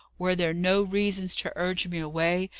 were there no reasons to urge me away,